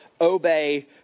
obey